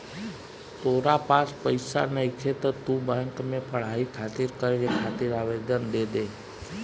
तोरा पास पइसा नइखे त तू बैंक में पढ़ाई खातिर कर्ज खातिर आवेदन दे दे